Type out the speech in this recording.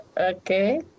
Okay